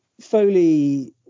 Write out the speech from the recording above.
Foley